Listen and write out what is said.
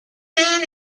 man